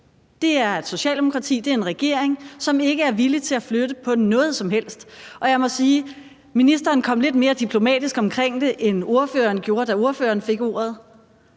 dag, er et Socialdemokrati, og det er en regering, som ikke er villige til at flytte på noget som helst, og jeg må sige, at ministeren kom lidt mere diplomatisk omkring det, end ordføreren gjorde, da ordføreren fik ordet.